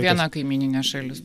viena kaimyninė šalis